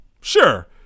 Sure